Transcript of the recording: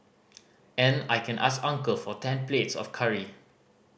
and I can ask uncle for ten plates of curry